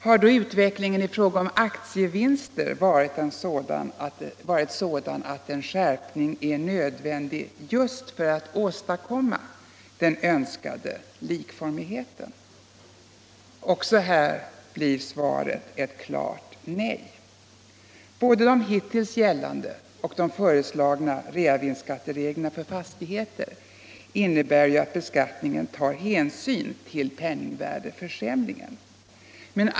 Har då utvecklingen i fråga om aktievinster varit sådan att en skärpning är nödvändig just för att åstadkomma den önskade likformigheten? Också här blir svaret klart nej. Både de hittills gällande och de föreslagna reavinstskattereglerna för fastigheter innebär att beskattningen tar hänsyn till penningvärdeförsämringen.